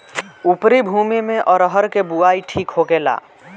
उपरी भूमी में अरहर के बुआई ठीक होखेला?